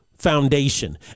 foundation